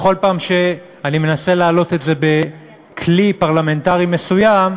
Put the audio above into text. בכל פעם שאני מנסה להעלות את זה בכלי פרלמנטרי מסוים,